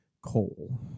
coal